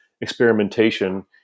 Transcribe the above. experimentation